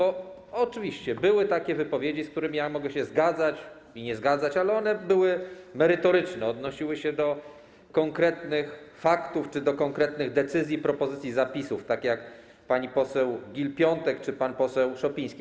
Oczywiście były takie wypowiedzi - z którymi mogę się zgadzać albo nie zgadzać - które były merytoryczne, odnosiły się do konkretnych faktów czy do konkretnych decyzji, propozycji zapisów, takie jak wypowiedzi pani poseł Gill-Piątek czy pana posła Szopińskiego.